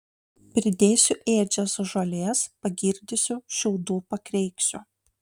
pridėsiu ėdžias žolės pagirdysiu šiaudų pakreiksiu